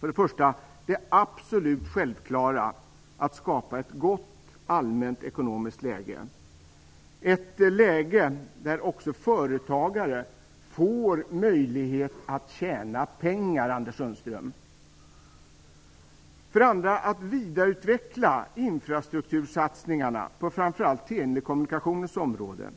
för det första det absolut självklara: att skapa ett gott allmänt ekonomiskt läge - ett ekonomiskt läge där också företagare får möjlighet att tjäna pengar, För det andra: Vidareutveckla infrastrukturssatsningarna på framför allt telekommunikationens område.